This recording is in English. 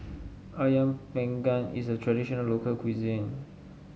ayam Panggang is a traditional local cuisine